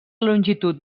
longitud